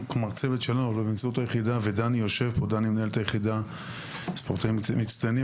היחידה לספורטאים מצטיינים,